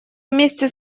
вместе